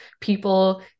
people